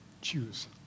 Choose